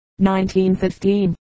1915